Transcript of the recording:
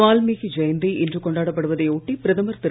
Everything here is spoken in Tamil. வால்மீகி ஜெயந்தி இன்று கொண்டாடப்படுவதை ஒட்டி பிரதமர் திரு